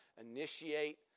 initiate